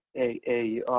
a